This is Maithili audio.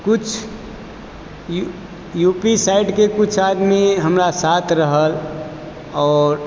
कुछ यूपी साइडके कुछ आदमी हमरा साथ रहल आओर